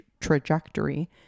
trajectory